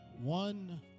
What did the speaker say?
one